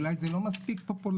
אולי זה לא מספיק פופולרי,